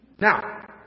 Now